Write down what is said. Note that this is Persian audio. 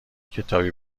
کتابی